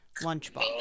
lunchbox